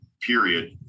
period